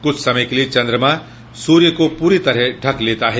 कुछ समय के लिए चंद्रमा सूर्य को पूरी तरह ढक लेता है